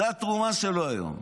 זו התרומה שלו היום.